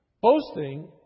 Boasting